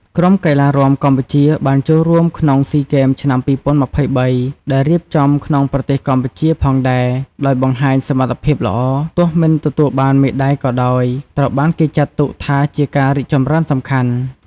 ក្រុមកីឡារាំកម្ពុជាបានចូលរួមក្នុងស៊ីហ្គេម ឆ្នាំ ២០២៣ ដែលរៀបចំក្នុងប្រទេសកម្ពុជាផងដែរ ដោយបង្ហាញសមត្ថភាពល្អ ទោះមិនទទួលបានមេដៃក៏ដោយ ត្រូវបានគេចាត់ទុកថាជាការរីកចម្រើនសំខាន់។